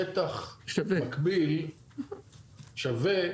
שטח מקביל ושווה